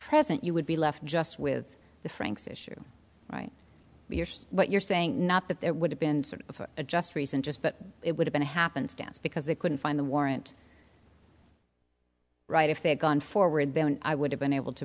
present you would be left just with the franks issue right what you're saying not that there would have been sort of a just reason just but it would've been a happenstance because they couldn't find the warrant right if they had gone forward i would have been able to